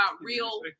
real